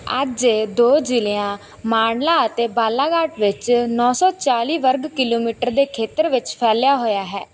ਅੱਜ ਇਹ ਦੋ ਜ਼ਿਲ੍ਹਿਆਂ ਮਾਂਡਲਾ ਅਤੇ ਬਾਲਾਘਾਟ ਵਿੱਚ ਨੌਂ ਸੌ ਚਾਲੀ ਵਰਗ ਕਿਲੋਮੀਟਰ ਦੇ ਖੇਤਰ ਵਿੱਚ ਫੈਲਿਆ ਹੋਇਆ ਹੈ